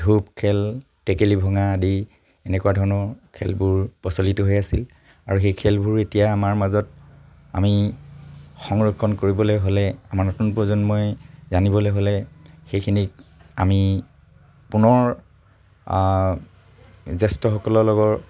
ধূপ খেল টেকেলি ভঙা আদি এনেকুৱা ধৰণৰ খেলবোৰ প্ৰচলিত হৈ আছিল আৰু সেই খেলবোৰ এতিয়া আমাৰ মাজত আমি সংৰক্ষণ কৰিবলে হ'লে আমাৰ নতুন প্ৰজন্মই জানিবলে হ'লে সেইখিনিক আমি পুনৰ জ্যেষ্ঠসকলৰ লগত